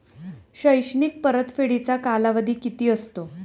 शैक्षणिक परतफेडीचा कालावधी किती असतो?